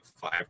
five